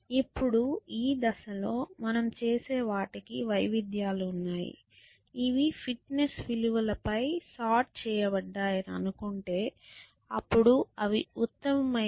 ఇప్పుడు ఈ దశలో మనం చేసే వాటికీ వైవిధ్యాలు ఉన్నాయి ఇవి ఫిట్నెస్ విలువలపై సార్ట్ చేయబడ్డాయని అనుకుంటే అప్పుడు ఇవి ఉత్తమమైనవి